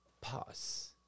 pause